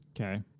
Okay